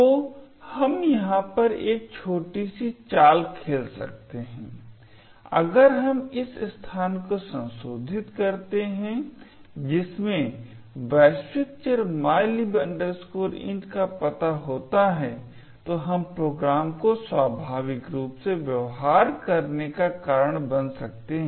तो हम यहां पर एक छोटी सी चाल खेल सकते हैं अगर हम इस स्थान को संशोधित करते हैं जिसमें वैश्विक चर mylib int का पता होता है तो हम प्रोग्राम को स्वाभाविक रूप से व्यवहार करने का कारण बन सकते हैं